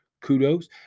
Kudos